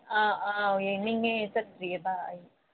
ꯑꯥ ꯑꯥ ꯌꯦꯡꯅꯤꯡꯉꯦ ꯆꯠꯇ꯭ꯔꯤꯑꯕ ꯑꯩ